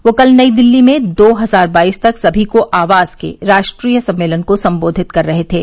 वे कल नई दिल्ली में दो हजार बाईस तक सभी को आवास के राष्ट्रीय सम्मेलन को संबोधित कर रहे थे